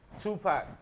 Tupac